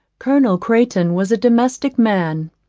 colonel crayton was domestic man.